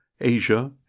Asia